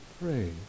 pray